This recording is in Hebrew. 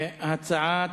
ההצעה